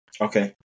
Okay